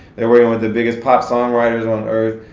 they're working with the biggest pop songwriters on earth,